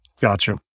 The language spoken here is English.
Gotcha